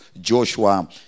Joshua